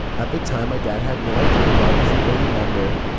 at the time, my dad had no idea rob was the only member.